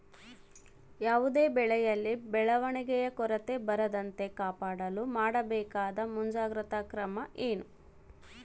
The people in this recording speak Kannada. ಯಾವುದೇ ಬೆಳೆಯಲ್ಲಿ ಬೆಳವಣಿಗೆಯ ಕೊರತೆ ಬರದಂತೆ ಕಾಪಾಡಲು ಮಾಡಬೇಕಾದ ಮುಂಜಾಗ್ರತಾ ಕ್ರಮ ಏನು?